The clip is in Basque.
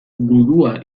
gudua